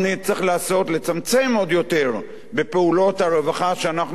לצמצם עוד יותר בפעולות הרווחה שאנחנו רוצים לעשות?